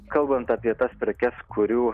kalbant apie tas prekes kurių